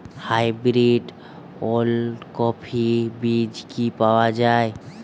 Hybrid ওলকফি বীজ কি পাওয়া য়ায়?